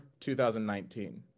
2019